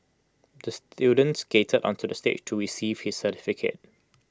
the student skated onto the stage to receive his certificate